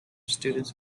students